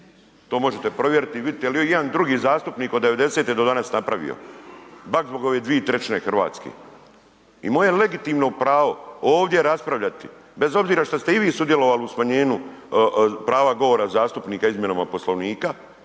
To možete provjeriti i vidjeti je li i jedan drugi zastupnik od 90-e do danas napravio. Baš zbog ove 2/3 Hrvatske. I moje je legitimno pravo ovdje raspravljati bez obzira što ste i vi sudjelovali u smanjenju prava govora zastupnika izmjenama Poslovnika